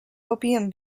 opium